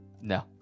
No